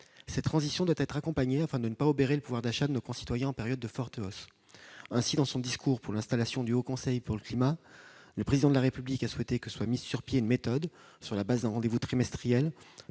Cette transition doit être accompagnée afin de ne pas obérer le pouvoir d'achat de nos concitoyens en période de forte hausse. Ainsi, dans son discours pour l'installation du Haut conseil pour le climat, le Président de la République a souhaité que soit mise sur pied une méthode sur la base d'un rendez-vous trimestriel,